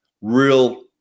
real